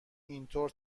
اینطور